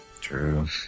True